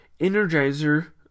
Energizer